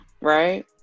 right